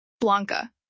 Blanca